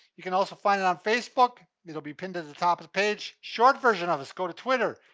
you can also find it on facebook, it'll be pinned to the top of the page. short version of us, go to twitter,